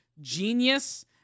genius